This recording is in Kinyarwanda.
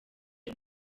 y’u